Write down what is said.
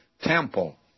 temple